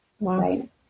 right